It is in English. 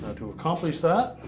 to accomplish that,